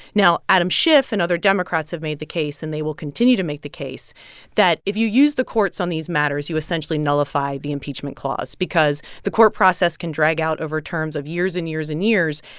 now, adam schiff and other democrats have made the case and they will continue to make the case that if you use the courts on these matters, you essentially nullify the impeachment clause because the court process can drag out over terms of years and years and years.